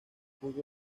jugó